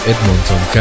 Edmonton